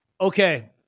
Okay